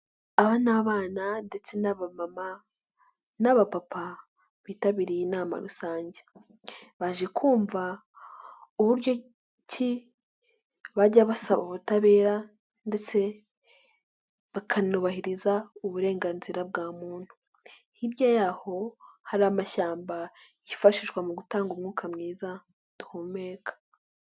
Aba ni abana ndetse n'aba mama n'aba papa bitabiriye inama rusange. Baje kumva uburyo ki bajya basaba ubutabera ndetse bakanubahiriza uburenganzira bwa muntu. Hirya y'aho hari amashyamba yifashishwa mu gutanga umwuka mwiza duhumeka.